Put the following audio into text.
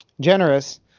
generous